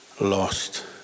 lost